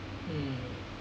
mm